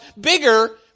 bigger